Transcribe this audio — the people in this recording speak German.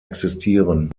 existieren